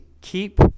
keep